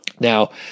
Now